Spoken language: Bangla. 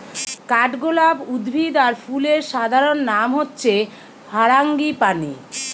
কাঠগোলাপ উদ্ভিদ আর ফুলের সাধারণ নাম হচ্ছে ফারাঙ্গিপানি